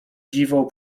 dziwą